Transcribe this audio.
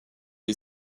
est